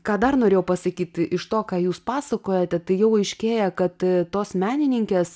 ką dar norėjau pasakyt iš to ką jūs pasakojate tai jau aiškėja kad tos menininkės